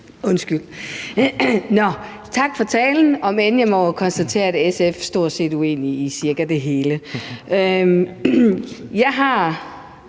Undskyld. Tak for talen, om end jeg må konstatere, at SF stort set er uenige i det hele.